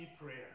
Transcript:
prayer